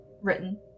written